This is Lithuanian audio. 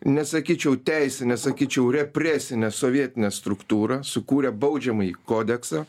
nesakyčiau teisinę sakyčiau represinę sovietinę struktūrą sukūrė baudžiamąjį kodeksą